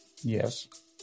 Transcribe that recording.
Yes